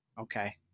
okay